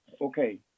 okay